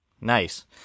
Nice